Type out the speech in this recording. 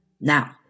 Now